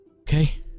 Okay